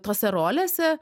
tose rolėse